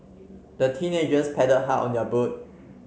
the teenagers paddled hard on their boat